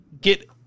get